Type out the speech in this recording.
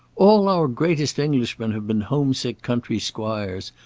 all our greatest englishmen have been home-sick country squires.